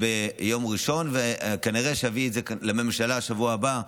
ביום ראשון, וכנראה שאביא את זה לממשלה בשבוע הבא.